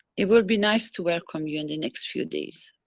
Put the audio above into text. it will be nice to welcome you in the next few days.